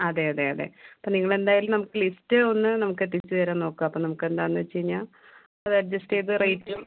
അതെയതെ അതെ അപ്പം നിങ്ങളെന്തായാലും നമുക്ക് ലിസ്റ്റ് ഒന്ന് നമുക്ക് ലിസ്റ്റ് എത്തിച്ച് തരാൻ നോക്കുവാ അപ്പം നമുക്കെന്താന്ന് വെച്ച് കഴിഞ്ഞാൽ അതട്ജസ്സ്റ്റ് ചെയ്ത് റേറ്റും